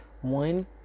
One